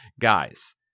Guys